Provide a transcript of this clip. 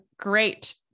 great